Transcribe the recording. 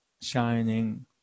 shining